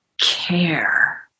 care